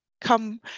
come